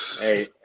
Hey